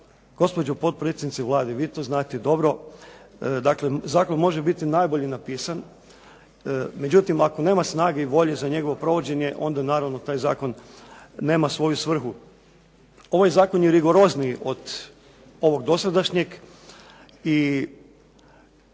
gospođo potpredsjednice Vlade vi to znate dobro, dakle zakon može biti najbolje napisan. Međutim, ako nema snage i volje za njegovo provođenje onda naravno taj zakon nema svoju svrhu. Ovaj zakon je rigorozniji od ovog dosadašnjeg i